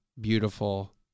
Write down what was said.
Beautiful